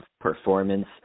performance